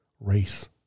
race